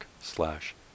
slash